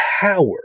power